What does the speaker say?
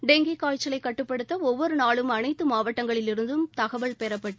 dengue காய்ச்சலை கட்டுப்படுத்த ஒவ்வொரு நாளும் அனைத்து மாவட்டங்களிலிருந்தும் தகவல் பெறப்பட்டு